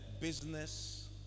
business